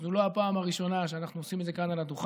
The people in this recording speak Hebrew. זו לא הפעם הראשונה שאנחנו עושים את זה כאן על הדוכן,